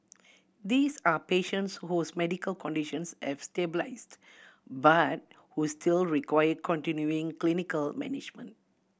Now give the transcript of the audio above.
these are patients whose medical conditions have stabilised but who still require continuing clinical management